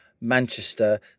Manchester